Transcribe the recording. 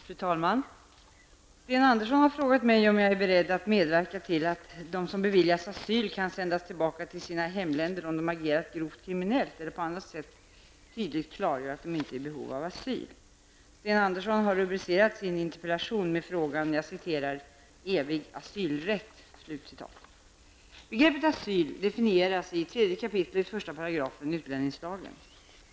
Fru talman! Sten Andersson i Malmö har frågat mig om jag är beredd att medverka till att de som beviljats asyl kan sändas tillbaka till sina hemländer om de agerat grovt kriminellt eller på annat sätt tydligt klargör att de inte är i behov av asyl. Sten Andersson har rubricerat sin interpellation med frågan: ''Evig asylrätt?'' utlänningslagen.